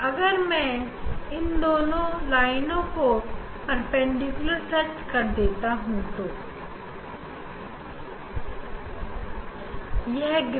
अगर आप इसे रेखाओं की परपेंडिकुलर रख देंगे तो उसके लिए आपको इस अलग तरीके से करना होगा